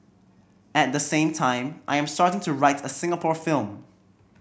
at the same time I am starting to write a Singapore film